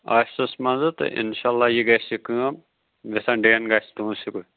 آفِسَس منٛزٕ تہٕ اِنشاء اللہ یہِ گژھِ یہِ کٲم یِم گژھَن ڈٮ۪ن گژھِ تُہُنٛز